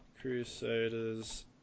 Crusaders